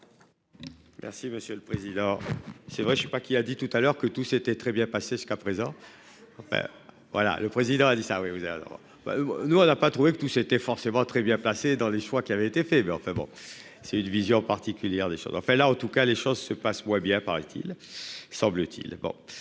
Merci monsieur le président. C'est vrai, je ne sais pas qui a dit tout à l'heure que tout s'était très bien passé ce cas présent. Voilà. Le président a dit ça oui ou alors ben nous on n'a pas trouvé que tout c'était forcément très bien placé dans les choix qui avait été fait, mais enfin bon c'est une vision particulière des, enfin là en tout cas, les choses se passent moins bien paraît-il. Semble-t-il.